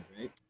right